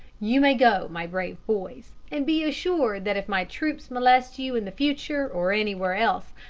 you may go, my brave boys and be assured that if my troops molest you in the future, or anywhere else,